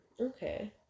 okay